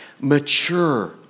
mature